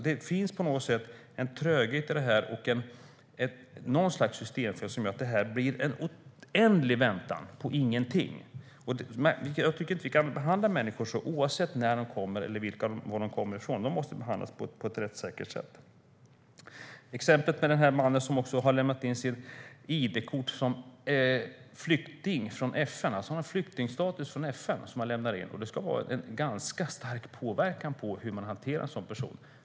Det finns på något sätt en tröghet i det här och något slags systemfel som gör att det blir en oändlig väntan på ingenting. Jag tycker inte att vi kan behandla människor så, oavsett när de kommer eller var de kommer från. De måste behandlas på ett rättssäkert sätt. Det finns ett exempel på en man som har lämnat in sitt id-kort från FN - han har alltså flyktingstatus, enligt FN. Det ska ganska starkt påverka hur man hanterar en sådan person.